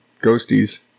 ghosties